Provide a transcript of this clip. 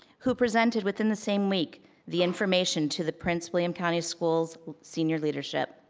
who presented within the same week the information to the prince william county schools senior leadership.